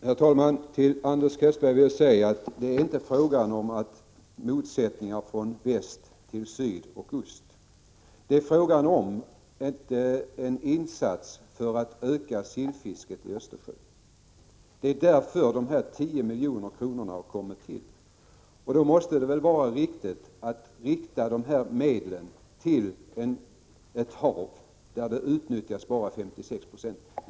Herr talman! Till Anders Castberger vill jag säga att det inte är fråga om motsättningar från väst till syd och ost. Det är fråga om en insats för att öka sillfisket i Östersjön. Det är därför de här 10 miljonerna har kommit till. Då måste det väl vara riktigt att rikta de här medlen till ett hav, som utnyttjas bara till 56 96.